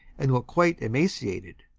and looked quite emaciated.